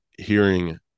hearing